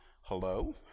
Hello